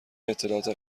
اطلاعات